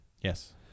Yes